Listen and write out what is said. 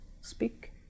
speak